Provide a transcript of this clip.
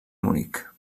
munic